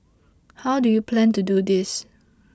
how do you plan to do this